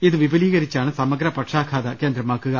ഇത് വിപുലീകരിച്ചാണ് സമഗ്ര പക്ഷാ ഘാത കേന്ദ്രമാക്കുക